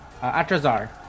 Atrazar